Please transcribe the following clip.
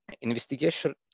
investigation